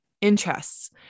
interests